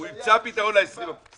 והוא ימצא פתרון ל-20% הנוספים.